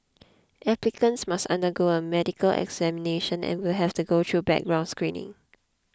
applicants must undergo a medical examination and will have to go through background screening